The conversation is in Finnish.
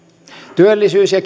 työllisyys ja